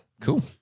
cool